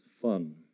fun